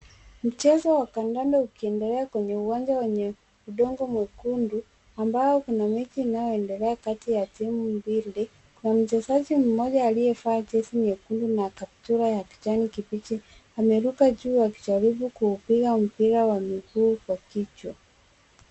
Mchezo wa kandanda ukiendelea kwenye uwanja wenye udongo mwekundu ambao kuna mechi inayoendelea kati ya timu mbili, kuna mchezi mmoja aliyevaa jezi nyekundu na kaptura ya kijani kibichi ameruka juu akijaribu kuupiga mpira wa miguu kwa kichwa.